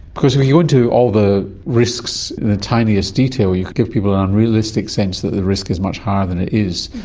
because if you go into all the risks in the tiniest detail, you could give people an unrealistic sense that the risk is much higher than it is.